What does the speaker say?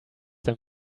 them